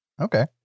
Okay